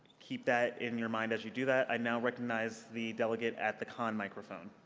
keep that in your mind as you do that. i now recognize the delegate at the con microphone.